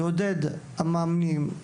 יעודד מאמנים,